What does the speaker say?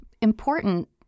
important